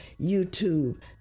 youtube